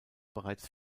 bereits